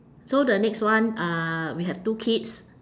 so the next one uh we have two kids